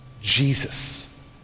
Jesus